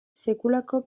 sekulako